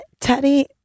Teddy